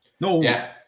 No